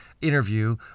interview